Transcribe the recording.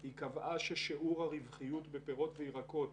היא קבעה ששיעור הרווחיות בפירות וירקות